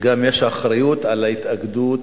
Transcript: וגם יש אחריות לאגודה,